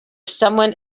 someone